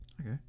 okay